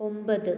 ഒമ്പത്